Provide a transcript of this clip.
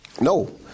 No